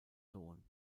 sohn